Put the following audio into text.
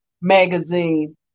magazine